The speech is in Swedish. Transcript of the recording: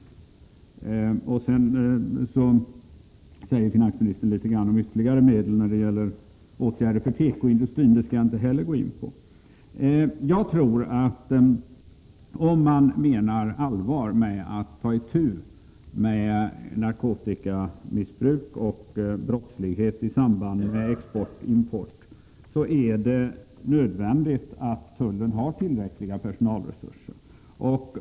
Sedan säger finansministern litet grand om ytterligare medel när det gäller åtgärder för tekoindustrin. Den frågan skall jag inte heller gå in på. Jagtror att om man menar allvar med att ta itu med narkotikamissbruk och brottslighet i samband med export och import är det nödvändigt att tullen har tillräckliga personalresurser.